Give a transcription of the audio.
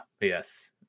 Yes